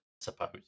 suppose